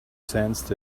sensed